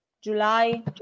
July